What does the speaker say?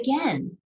again